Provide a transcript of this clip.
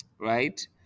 right